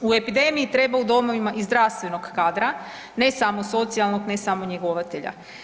U epidemiji treba u domovima i zdravstvenog kadra, ne samo socijalnog, ne samo njegovatelja.